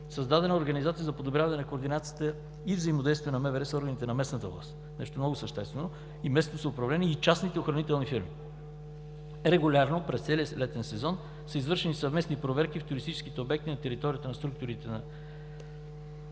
Създадена е организация за подобряване на координацията и взаимодействието на МВР с органите на местната власт – нещо много съществено, и местното самоуправление и частните охранителни фирми. Регулярно през целия летен сезон са извършени съвместни проверки в туристическите обекти на територията на структурите на